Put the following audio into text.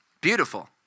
Beautiful